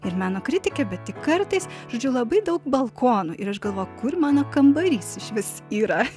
ir meno kritikė bet tik kartais žodžiu labai daug balkonų ir aš galvoju kur mano kambarys išvis yra